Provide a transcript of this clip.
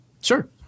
sure